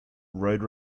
road